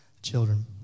Children